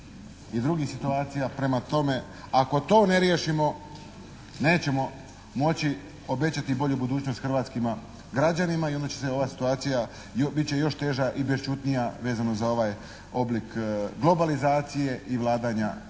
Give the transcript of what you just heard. i drugih situacija? Prema tome, ako to ne riješimo nećemo moći obećati bolju budućnost hrvatskima građanima i onda će se ova situacija, bit će još teža i bešćutnija vezano za ovaj oblik globalizacije i vladanja